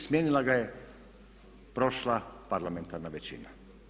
Smijenila ga je prošla parlamentarna većina.